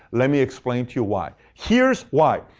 let me explain to you why. here's why.